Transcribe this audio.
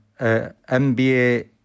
MBA